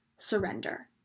Surrender